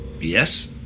Yes